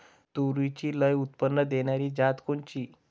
तूरीची लई उत्पन्न देणारी जात कोनची?